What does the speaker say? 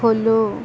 follow